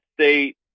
State